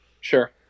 Sure